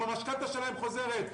עם המשכנתא שלהם חוזרת,